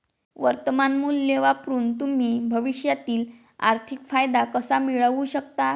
वर्तमान मूल्य वापरून तुम्ही भविष्यातील आर्थिक फायदा कसा मिळवू शकता?